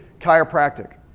chiropractic